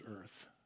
earth